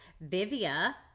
Vivia